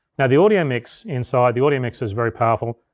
now the audio mix inside, the audio mixer's very powerful,